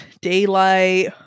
daylight